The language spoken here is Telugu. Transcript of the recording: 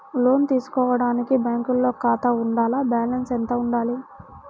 లోను తీసుకోవడానికి బ్యాంకులో ఖాతా ఉండాల? బాలన్స్ ఎంత వుండాలి?